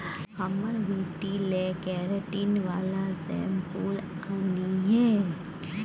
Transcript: हमर बेटी लेल केरेटिन बला शैंम्पुल आनिहे